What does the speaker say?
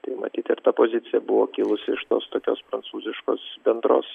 tai matyt ir ta pozicija buvo kilusi iš tos tokios prancūziškos bendros